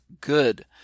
good